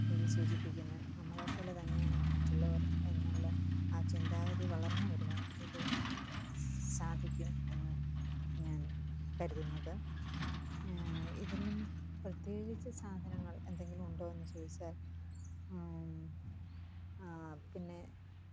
ഇത് സൂചിപ്പിക്കുന്നത് നമ്മളേപ്പോലെ തന്നെയാണ് മറ്റുള്ളവര് എന്നുള്ള ആ ചിന്താഗതി വളര്ന്നു വരുവാന് ഇത് സാധിക്കും എന്ന് ഞാന് കരുതുന്നത് ഇതിലും പ്രത്യേകിച്ച് സാധനങ്ങള് എന്തെങ്കിലുമുണ്ടോ എന്ന് ചോദിച്ചാല് പിന്നെ